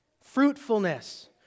fruitfulness